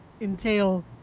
entail